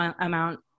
amount